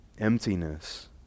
emptiness